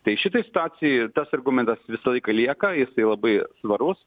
tai šitoj situacijoj tas argumentas visą laiką lieka ir tai labai svarus